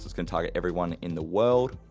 it's gonna target everyone in the world.